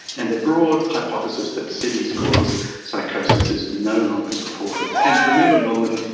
and the broad hypothesis that cities cause psychosis is no longer supported. and remember norman,